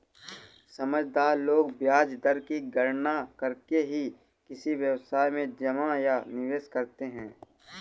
समझदार लोग ब्याज दर की गणना करके ही किसी व्यवसाय में जमा या निवेश करते हैं